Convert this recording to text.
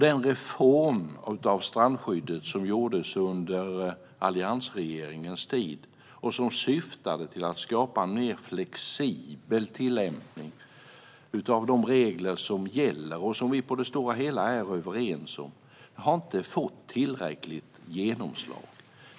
Den reform av strandskyddet som gjordes under alliansregeringens tid, som syftade till att skapa en mer flexibel tillämpning av de regler som gäller och som vi på det stora hela är överens om, har inte fått tillräckligt genomslag.